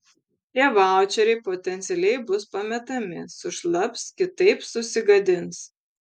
tie vaučeriai potencialiai bus pametami sušlaps kitaip susigadins